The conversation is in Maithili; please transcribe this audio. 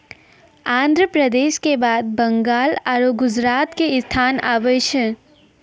आन्ध्र प्रदेश के बाद बंगाल आरु गुजरात के स्थान आबै छै